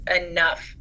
enough